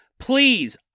Please